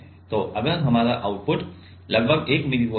तो अगर हमारा आउटपुट लगभग 1 मिलीवोल्ट है